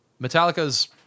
Metallica's